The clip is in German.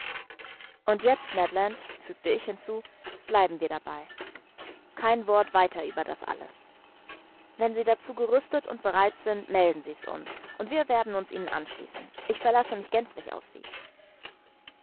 und jetzt ned land fügte ich hinzu bleiben wir dabei kein wort weiter über das alles wenn sie dazu gerüstet und bereit sind melden sie's uns und wir werden uns ihnen anschließen ich verlasse mich gänzlich auf sie